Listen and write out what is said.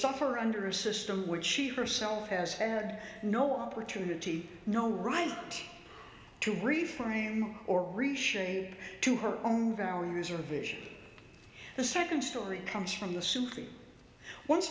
suffer under a system which she herself has had no opportunity no right to rephrase or reshape to her own values or vision the second story comes from the soup once